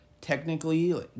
technically